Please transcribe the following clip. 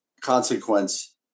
Consequence